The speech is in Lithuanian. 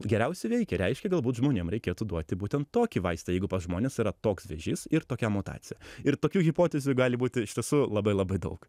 geriausiai veikia reiškia galbūt žmonėm reikėtų duoti būtent tokį vaistą jeigu pas žmones yra toks vėžys ir tokia mutacija ir tokių hipotezių gali būti iš tiesų labai labai daug